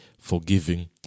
forgiving